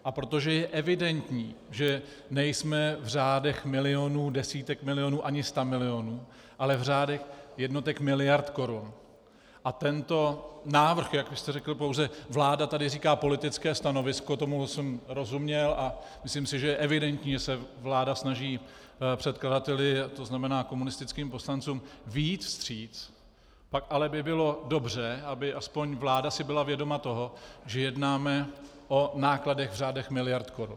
A protože je evidentní, že nejsme v řádech milionů, desítek milionů ani stamilionů, ale v řádech jednotek miliard korun, a tento návrh, jak už jste řekl, vláda tady říká politické stanovisko, tomu jsem rozuměl, a myslím si, že je evidentní, že se vláda snaží předkladateli, to znamená komunistickým poslancům, vyjít vstříc, pak ale by bylo dobře, aby aspoň vláda si byla vědoma toho, že jednáme o nákladech v řádech miliard korun.